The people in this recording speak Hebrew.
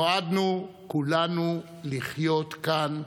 נועדנו כולנו לחיות כאן,